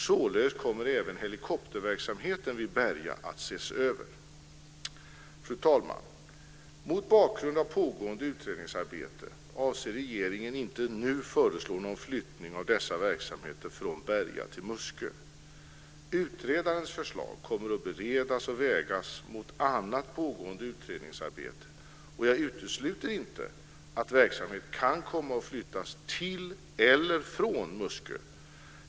Således kommer även helikopterverksamheten vid Berga att ses över. Fru talman! Mot bakgrund av pågående utredningsarbete avser regeringen inte nu att föreslå någon flyttning av dessa verksamheter från Berga till Muskö. Utredarens förslag kommer att beredas och vägas mot annat pågående utredningsarbete, och jag utesluter inte att verksamhet kan komma att flyttas till eller från Muskö.